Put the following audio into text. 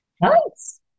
Nice